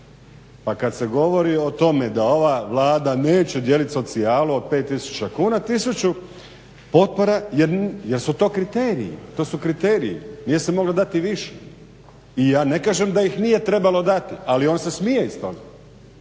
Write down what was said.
Pa kada se govori o tome da ova Vlada neće dijeliti socijalu od 5 tisuću kuna, tisuću potpora jel su to kriteriji, nije se moglo dati više. I ja ne kažem da ih nije trebalo dati ali on se smije iz toga.